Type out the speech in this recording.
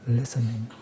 listening